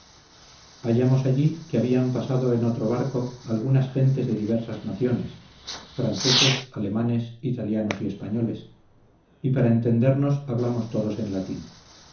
hallamos allí que habían pasado en otro barco algunas gentes de diversas naciones franceses alemanes italianos y españoles y para entendernos hablamos todos en latín